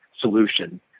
solution